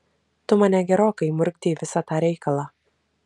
tu mane gerokai įmurkdei į visą tą reikalą